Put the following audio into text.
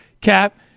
Cap